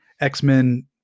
X-Men